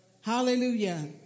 Hallelujah